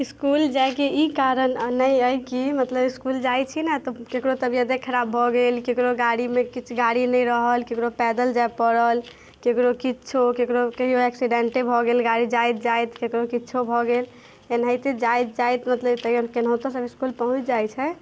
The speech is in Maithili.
इसकुल जाइके ई कारण नहि अछि कि मतलब इसकुल जाइ छी ने तऽ ककरो तबियते खराब भऽ गेल ककरो गाड़ीमे किछु गाड़ी नहि रहल ककरो पैदल जाइ पड़ल ककरो किछु ककरो एक्सिडेन्टे भऽ गेल गाड़ी जाइत जाइत ककरो किछु भऽ गेल एनाहिते जाइत जाइत मतलब तैओ केनाहितो सब इसकुल पहुँच जाइ छै